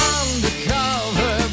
undercover